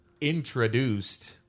introduced